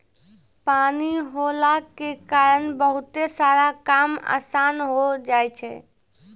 पानी होला के कारण बहुते सारा काम आसान होय जाय छै